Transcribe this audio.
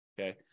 okay